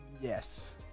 Yes